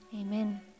amen